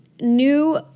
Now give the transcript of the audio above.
new